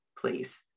please